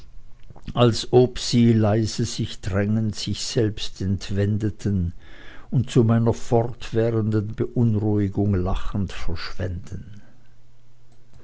als ob sie leise sich drängend sich selbst entwendeten und zu meiner fortwährenden beunruhigung lachend verschwänden